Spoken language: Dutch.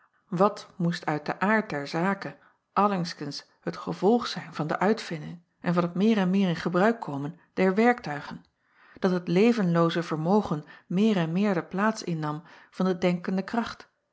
wat moest uit den aard der zake allengskens het gevolg zijn van de uitvinding en van het meer en meer in gebruik komen der werktuigen dat het levenlooze vermogen meer en meer de plaats innam van de denkende kracht